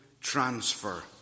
transfer